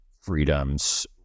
freedoms